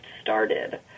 started